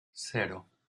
cero